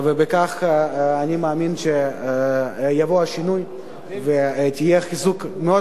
בכך אני מאמין שיבוא השינוי ויהיה חיזוק מאוד